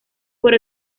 por